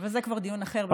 אבל זה כבר דיון אחר.